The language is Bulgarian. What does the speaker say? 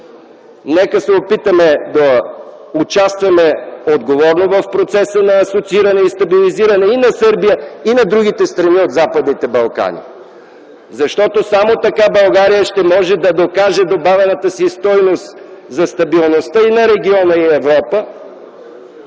Нека се опитаме да участваме отговорно в процеса на асоцииране и стабилизиране и на Сърбия, и на другите страни от Западните Балкани, защото само така България ще може да докаже: добавената си стойност за стабилността на региона и Европа;